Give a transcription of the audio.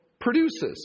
produces